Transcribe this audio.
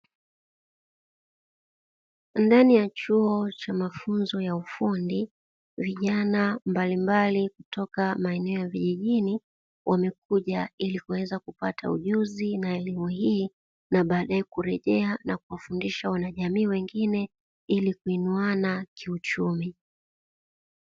Ndani ya chuo cha mafunzo ya ufundi vijana mbalimbali kutoka maeneo ya vijijini, wamekuja ili kuweza kupata ujuzi na elimu hii na baadae kurejea na kufundisha wanajamii wengine ili kuinuana kiuchumi.